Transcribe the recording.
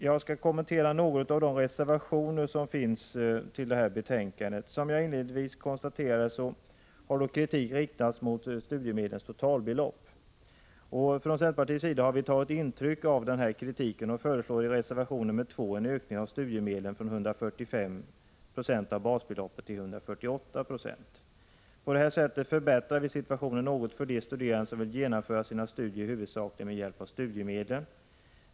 Jag skall kommentera några av de reservationer som finns till det här betänkandet. Som jag inledningsvis konstaterade har kritik riktats mot studiemedlens totalbelopp. Från centerpartiets sida har vi tagit intryck av denna kritik och föreslår i reservation nr 2 en ökning av studiemedlen från 145 90 av basbeloppet till 148 96. På det sättet förbättrar vi situationen något för de studerande som vill genomföra sina studier huvudsakligen med hjälp av studiemedlen.